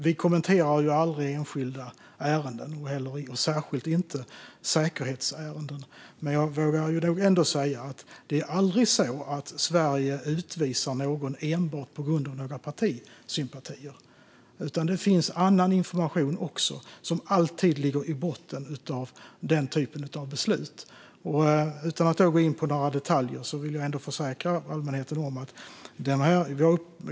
Vi kommenterar aldrig enskilda ärenden och särskilt inte säkerhetsärenden, men jag vågar nog ändå säga: Det är aldrig så att Sverige utvisar någon enbart på grund av några partisympatier, utan det finns också annan information som alltid ligger i botten när det gäller den typen av beslut. Utan att gå in på några detaljer vill jag försäkra allmänheten om detta.